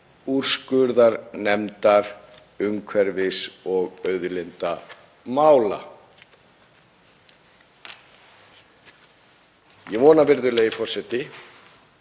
úrskurðarnefndar umhverfis- og auðlindamála.“ Ég vona, virðulegi forseti,